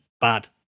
bad